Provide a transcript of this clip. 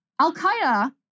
Al-Qaeda